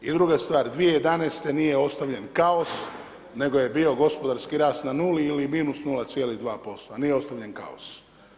I druga stvar, 2011. nije ostavljen kaos nego je bio gospodarski rast na 0 ili -0,2%, a nije ostavljen kaos.